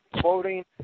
quoting